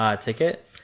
ticket